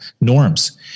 norms